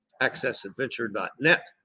accessadventure.net